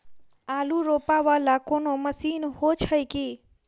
आलु रोपा वला कोनो मशीन हो छैय की?